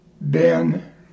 Ben